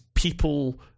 people